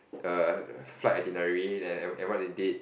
err flight itinerary and and and what they did